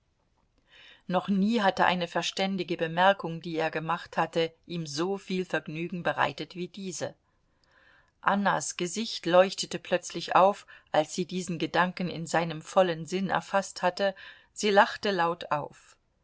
noch nie hatte eine verständige bemerkung die er gemacht hatte ihm soviel vergnügen bereitet wie diese annas gesicht leuchtete plötzlich auf als sie diesen gedanken in seinem vollen sinn erfaßt hatte sie lachte laut auf